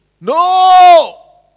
No